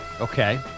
Okay